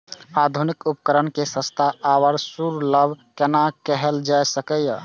आधुनिक उपकण के सस्ता आर सर्वसुलभ केना कैयल जाए सकेछ?